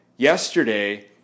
Yesterday